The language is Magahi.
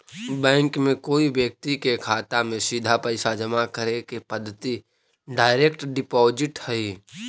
बैंक में कोई व्यक्ति के खाता में सीधा पैसा जमा करे के पद्धति डायरेक्ट डिपॉजिट हइ